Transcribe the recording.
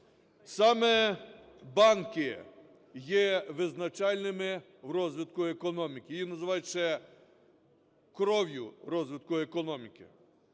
Саме банки є визначальними в розвитку економіки, її називають ще кров'ю розвитку економіки.